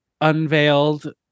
unveiled